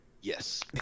Yes